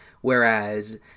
whereas